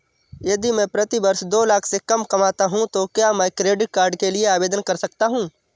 यदि मैं प्रति वर्ष दो लाख से कम कमाता हूँ तो क्या मैं क्रेडिट कार्ड के लिए आवेदन कर सकता हूँ?